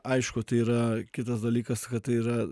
aišku tai yra kitas dalykas kad tai yra